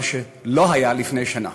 מה שלא היה לפני שנה,